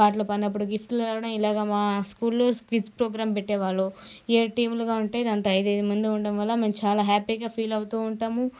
పాటలు పాడినప్పుడు గిఫ్ట్లు రావడం ఇలాగ మా స్కూల్లో క్విజ్ ప్రోగ్రాం పెట్టేవాళ్ళు ఏ టీములుగా ఉంటే దాంట్లో ఐదయిదు మంది ఉండడం వాళ్ల మేము చాలా హ్యాపీగా ఫీల్ అవుతూ ఉంటాము